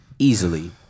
easily